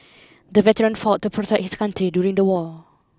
the veteran fought to protect his country during the war